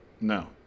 no